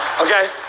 Okay